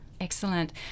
Excellent